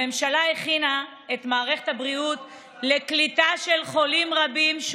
הממשלה הכינה את מערכת הבריאות לקליטה של חולים רבים,